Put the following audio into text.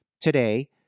today